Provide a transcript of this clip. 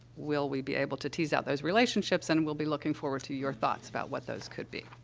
will we be able to tease out those relationships, and we'll be looking forward to your thoughts about what those could be.